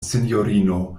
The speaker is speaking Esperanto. sinjorino